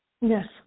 Yes